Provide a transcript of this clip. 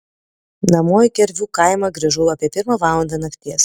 namo į kervių kaimą grįžau apie pirmą valandą nakties